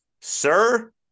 Sir